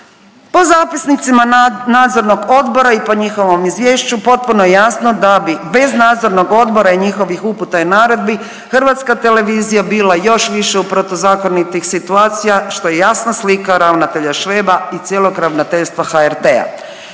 po zapisnicima nadzornog odbora i po njihovom izvješću potpuno je jasno da bi bez nadzornog odbora i njihovih uputa i naredbi Hrvatska televizija bila još više u protuzakonitih situacija, što je jasna slika ravnatelja Šveba i cijelog Ravnateljstva HRT-a.